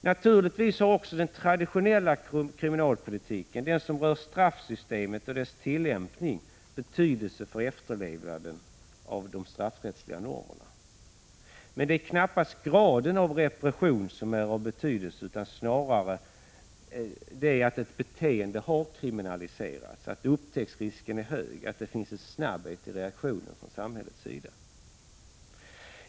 Naturligtvis har också den traditionella kriminalpolitiken, den som rör straffsystemet och dess tillämpning, betydelse för efterlevnaden av de straffrättsliga normerna. Det är dock knappast graden av repression som har betydelse utan snarare kriminaliseringen av ett visst beteende, stor upptäcktsrisk och snabbhet i samhällets reaktion.